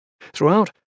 Throughout